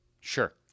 sure